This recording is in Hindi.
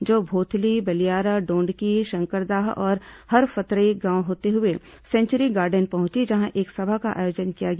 जो भोथली बलियारा डोंडकी शंकरदाह और हरफतरई गांव होते हुए सेंचुरी गार्डन पहुंची जहां एक सभा का आयोजन किया गया